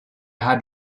had